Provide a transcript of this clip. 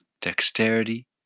dexterity